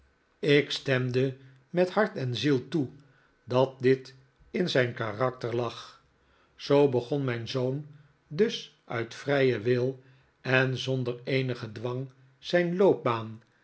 ik stemde met hart en ziel toe dat dit in zijn karakter lag zoo begon mijn zoon dus uit vrijen wil en zonder eenigen dwang zijn loopbaan